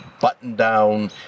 button-down